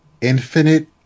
Infinite